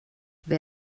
wer